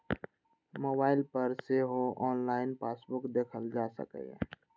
mobile पर सेहो online passbook देखल जा सकैए